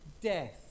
death